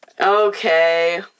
okay